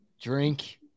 Drink